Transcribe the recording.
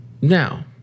Now